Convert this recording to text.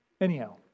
Anyhow